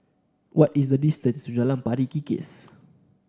what is the distance to Jalan Pari Kikis